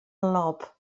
lob